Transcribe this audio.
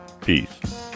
peace